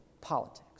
politics